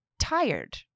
tired